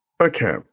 Okay